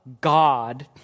God